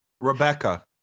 rebecca